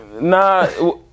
Nah